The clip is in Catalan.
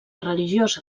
religiosa